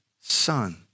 son